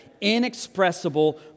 inexpressible